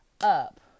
up